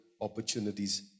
opportunities